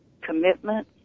commitment